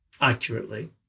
accurately